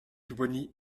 pupponi